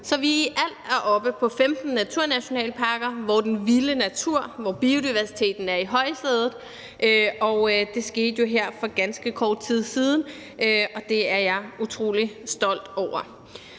så vi i alt er oppe på 15 naturnationalparker, hvor den vilde natur og biodiversiteten er i højsædet. Det skete jo her for ganske kort tid siden, og det er jeg utrolig stolt over.